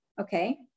okay